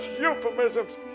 euphemisms